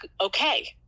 okay